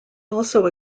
also